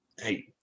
hey